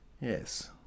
Yes